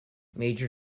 major